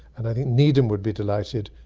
and i think needham would be delighted.